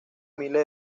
miles